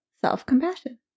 Self-Compassion